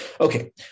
Okay